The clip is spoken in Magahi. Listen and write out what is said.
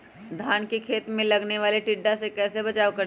धान के खेत मे लगने वाले टिड्डा से कैसे बचाओ करें?